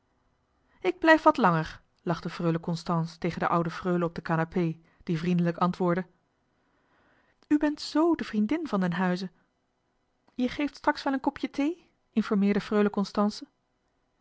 ik blijf wat langer lachte freule constance tegen de oude freule op de kanapee die vriendelijk antwoordde u bent z de vriendin van den huize je geeft straks wel een kopje thee informeerde freule constance